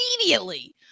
immediately